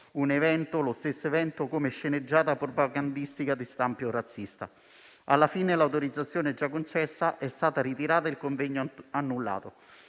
tacciato lo stesso evento come sceneggiata propagandistica di stampo razzista. Alla fine, l'autorizzazione già concessa è stata ritirata e il convegno è stato